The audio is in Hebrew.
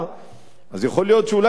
יכול להיות שאולי אפילו הוא,